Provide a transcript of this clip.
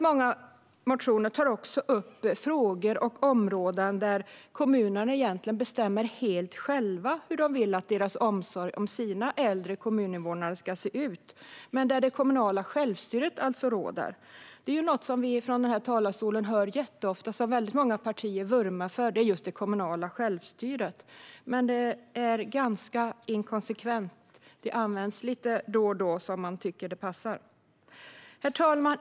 Många motioner tar också upp frågor och områden där kommuner egentligen bestämmer helt själva hur omsorgen av de äldre kommuninvånarna ska se ut. Det kommunala självstyret råder. Vi får ofta höra från talarstolen att många partier vurmar för det kommunala självstyret, men det är inkonsekvent. Det används då och då lite som det passar. Herr talman!